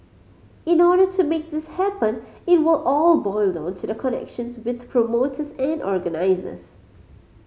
in order to make this happen it will all boil down to the connections with promoters and organisers